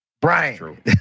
Brian